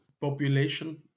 population